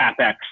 CapEx